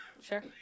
Sure